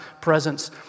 presence